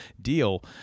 deal